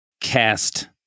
cast